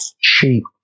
cheap